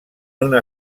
una